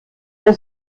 der